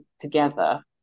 together